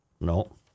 No